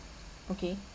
okay